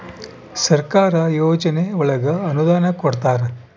ಸರ್ಕಾರ ಯೋಜನೆ ಒಳಗ ಅನುದಾನ ಕೊಡ್ತಾರ